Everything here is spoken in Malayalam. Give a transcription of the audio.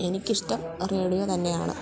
എനിക്കിഷ്ടം റേഡിയോ തന്നെയാണ്